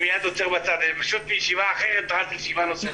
הייתי פשוט בישיבה אחת ואני נוסע לישיבה אחרת.